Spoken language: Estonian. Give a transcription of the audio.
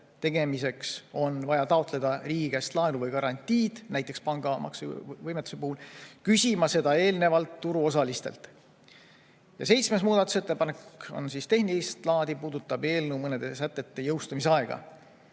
tegemiseks on vaja taotleda riigi käest laenu või garantiid, näiteks panga maksuvõimetuse puhul, küsima seda eelnevalt turuosalistelt. Seitsmes muudatusettepanek on tehnilist laadi, puudutab eelnõu mõnede sätete jõustumise aega.